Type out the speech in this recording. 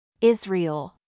Israel